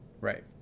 Right